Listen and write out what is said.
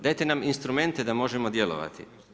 Dajte nam instrumente da možemo djelovati.